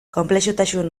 konplexutasun